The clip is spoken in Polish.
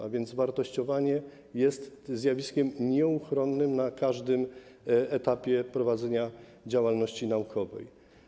A więc wartościowanie jest zjawiskiem nieuchronnym na każdym etapie prowadzenia działalności naukowej.